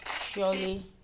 surely